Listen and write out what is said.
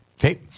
Okay